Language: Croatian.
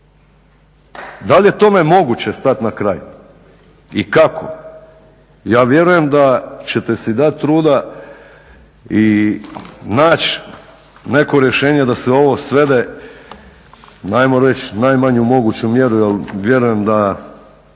Da li je tome moguće stati na kraj i kako? Ja vjerujem da ćete si dati truda i naći neko rješenje da se ovo svede hajmo reći u najmanju moguću mjeru jer vjerujem da